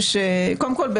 קודם כול,